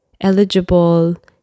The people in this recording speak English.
eligible